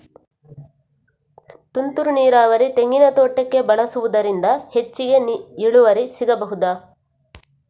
ತುಂತುರು ನೀರಾವರಿ ತೆಂಗಿನ ತೋಟಕ್ಕೆ ಬಳಸುವುದರಿಂದ ಹೆಚ್ಚಿಗೆ ಇಳುವರಿ ಸಿಕ್ಕಬಹುದ?